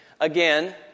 again